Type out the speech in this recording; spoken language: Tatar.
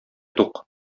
тук